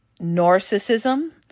narcissism